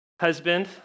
husband